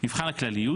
מבחן הכלליות